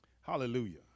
Hallelujah